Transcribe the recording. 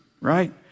right